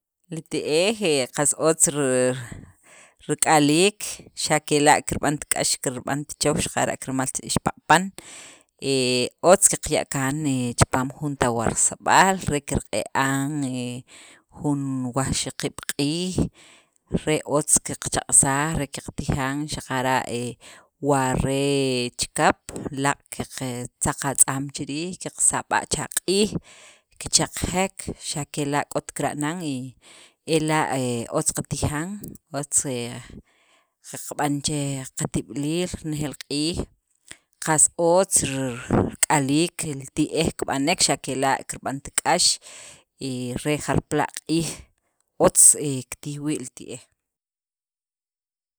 Li ti'ej he qas otz rr rik'aliil xa' kela' kirb'ant k'ax, kirb'an chuj, xaqara' kirmalt ixpaq'pan, otz qaya' kaan chipaam jun tawarsib'al re kirq'i'an jun he wajxaqiib' q'iij re otz qaqchaq'ajsaj re qatijan xaqara' wa re chikap laaq' qaqtzaq atz'aam chi riij, qaqsab'a' cha q'iij kicheqjek, xa' kela' k'ot kira'nan y ela' he otz qatija'n, otz qaqb'an che qatib'iliil nejeel q'iij, qas otz rr rik'aliil li ti'ej kib'anek xa' kela' kirb'ant k'ax re jarpala q'iij otz kitij wii' li ti'ej.